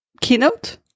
keynote